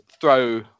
throw